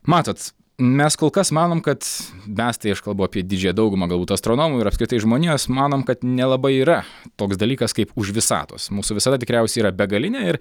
matot mes kol kas manom kad mes tai aš kalbu apie didžiąją daugumą galbūt astronomų ir apskritai žmonijos manom kad nelabai yra toks dalykas kaip už visatos mūsų visata tikriausiai yra begalinė ir